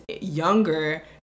younger